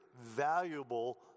valuable